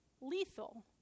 lethal